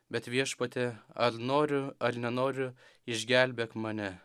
bet viešpatie ar noriu ar nenoriu išgelbėk mane